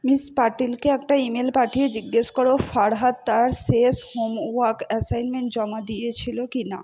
miss পাটিলকে একটা email পাঠিয়ে জিজ্ঞাসা করো ফারহাদ তার শেষ হোমওয়ার্ক অ্যাসাইনমেন্ট জমা দিয়েছিল কি না